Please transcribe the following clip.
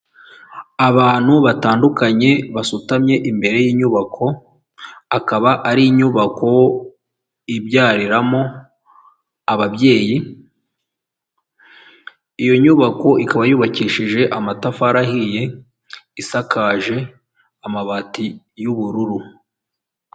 Abantu batandukanye basutamye imbere y'inyubako, akaba ari inyubako ibyariramo ababyeyi, iyo nyubako ikaba yubakishije amatafari ahiye, isakaje amabati y'ubururu.